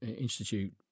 institute